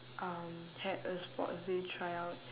um had a sports day tryout